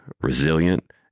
resilient